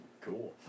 Cool